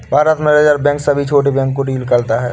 भारत में reserve bank सभी छोटे बैंक को डील करता है